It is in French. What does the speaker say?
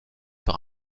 par